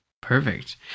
Perfect